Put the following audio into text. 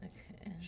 Okay